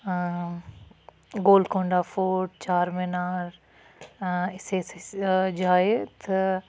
Golconda fort Charminar اِژھے اِژھے جایہِ تہٕ